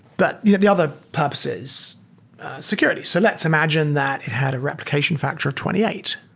but yeah the other purpose is security. so let's imagine that it had a replication factor twenty eight.